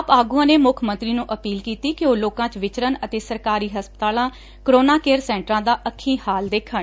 ਆਪ ਆਗੁਆਂ ਨੇ ਮੱਖ ਮੰਤਰੀ ਨੂੰ ਅਪੀਲ ਕੀਤੀ ਕਿ ਉਹ ਲੋਕਾਂ 'ਚ ਵਿਚਰਨ ਅਤੇ ਸਰਕਾਰੀ ਹਸਪਤਾਲਾਂ ਕੋਰੋਨਾ ਕੇਅਰ ਸੈਂਟਰਾਂ ਦਾ ਅੱਖੀ ਹਾਲ ਦੇਖਣ